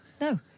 No